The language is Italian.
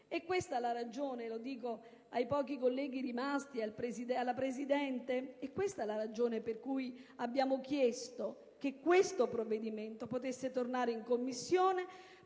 È questa la ragione - lo dico ai pochi colleghi rimasti e alla Presidente - per cui abbiamo chiesto che il provvedimento potesse tornare ad essere